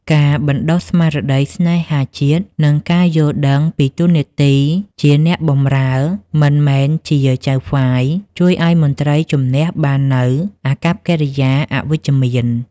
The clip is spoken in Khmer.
ការបណ្តុះស្មារតីស្នេហាជាតិ និងការយល់ដឹងពីតួនាទីជា "អ្នកបម្រើ" មិនមែនជា "ចៅហ្វាយ" ជួយឱ្យមន្ត្រីជំនះបាននូវអាកប្បកិរិយាអវិជ្ជមាន។